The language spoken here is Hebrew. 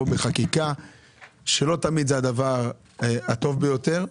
עם חקיקה שלא תמיד זה הדבר הטוב ביותר.